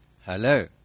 hello